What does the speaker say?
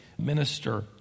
Minister